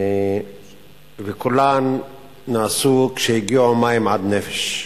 וכולן נעשו כשהגיעו מים עד נֶפש,